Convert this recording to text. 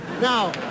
now